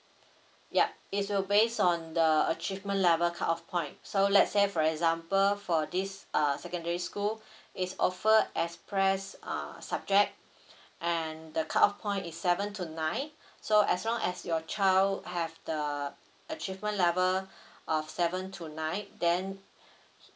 ya it will based on the achievement level cut off point so let's say for example for this uh secondary school is offer express uh subject and the cut off point is seven to nine so as long as your child have the achievement level of seven to nine then